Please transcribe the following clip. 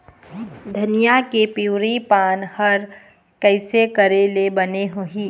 धनिया के पिवरी पान हर कइसे करेले बने होही?